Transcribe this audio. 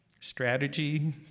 strategy